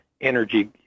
energy